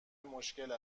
مشکل